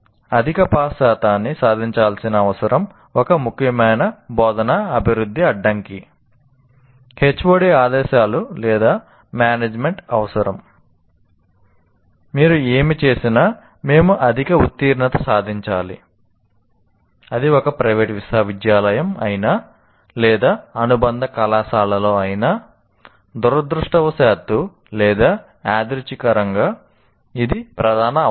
అధిక పాస్ శాతాన్ని సాధించాల్సిన అవసరం ఒక ముఖ్యమైన బోధనా అభివృద్ధి అడ్డంకి HOD ఆదేశాలు లేదా మానేజ్మెంట్ ఇది ఒక ప్రైవేట్ విశ్వవిద్యాలయం అయినా లేదా అనుబంధ కళాశాలలో అయినా దురదృష్టవశాత్తు లేదా యాదృచ్ఛికంగా ఇది ప్రధాన అవసరం